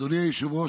אדוני היושב-ראש,